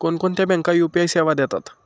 कोणकोणत्या बँका यू.पी.आय सेवा देतात?